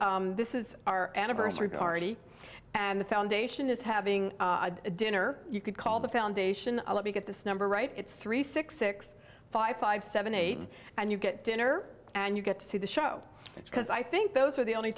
this is our anniversary party and the foundation is having a dinner you could call the foundation let me get this number right it's three six six five five seven eight and you get dinner and you get to see the show because i think those are the only